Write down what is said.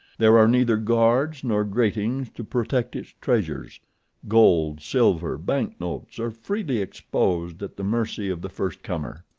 there are neither guards nor gratings to protect its treasures gold, silver, banknotes are freely exposed, at the mercy of the first comer.